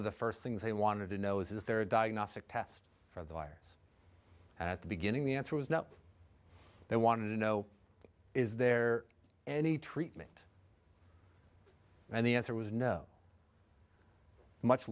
of the first things they wanted to know is is there a diagnostic test for the virus and at the beginning the answer was no they wanted to know is there any treatment and the answer was no much